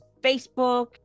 Facebook